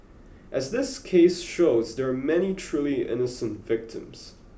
as this case shows there are many truly innocent victims